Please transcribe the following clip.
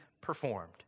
performed